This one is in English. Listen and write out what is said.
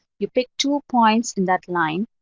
you pick two points in that line,